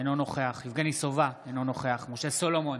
אינו נוכח יבגני סובה, אינו נוכח משה סולומון,